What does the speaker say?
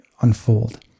unfold